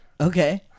Okay